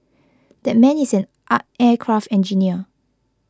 that man is an aircraft engineer